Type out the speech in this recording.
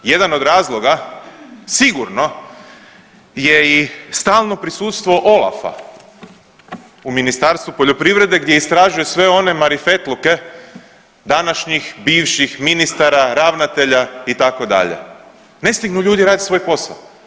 Jedan od razloga sigurno je i stalno prisustvo OLAF-a u Ministarstvu poljoprivrede gdje istražuje sve one marifetluke današnjih, bivših ministara, ravnatelja itd. ne stignu ljudi raditi svoj posao.